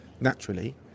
naturally